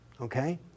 Okay